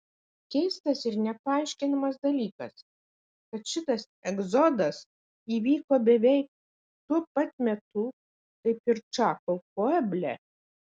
keistas ir nepaaiškinamas dalykas kad šitas egzodas įvyko beveik tuo pat metu kaip ir čako pueble